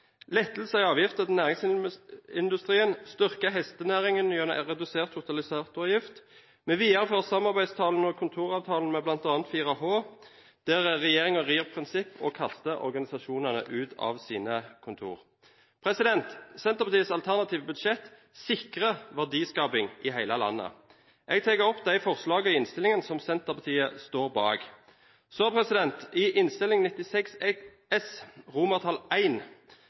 lettelser i avgiften til næringsmiddelindustrien, styrking av hestenæringen gjennom redusert totalisatoravgift, videreføring av samarbeidsavtalen og kontoravtalen med bl.a. 4H, der regjeringen rir prinsipper og kaster organisasjonene ut av sine kontorer. Senterpartiets alternative budsjett sikrer verdiskaping i hele landet. Jeg tar opp de forslagene i innstillingen som Senterpartiet står bak. I Innst. 96 S, I, har kap. 926 ved en